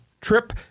trip